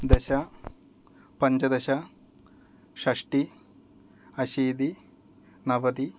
दश पञ्चदश षष्टिः अशीतिः नवतिः